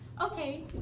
Okay